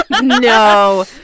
no